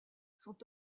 sont